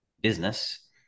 business